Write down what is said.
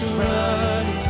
running